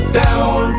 down